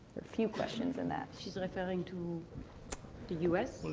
few questions in that. she's and referring to the us?